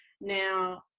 Now